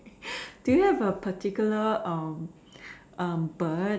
do you have a particular um um bird